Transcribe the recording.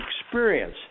experience